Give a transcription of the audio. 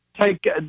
take